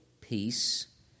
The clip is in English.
peace